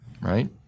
right